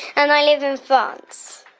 and i live in france.